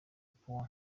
point